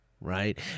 right